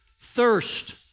thirst